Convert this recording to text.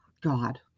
God